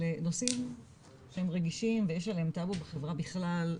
אלה נושאים שהם רגישים ויש להם טאבו בחברה בכלל,